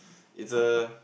it's a